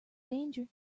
danger